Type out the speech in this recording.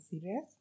serious